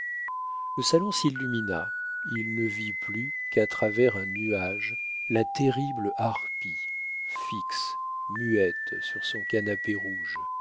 le salon s'illumina il ne vit plus qu'à travers un nuage la terrible harpie fixe muette sur son canapé rouge